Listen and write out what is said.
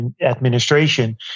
administration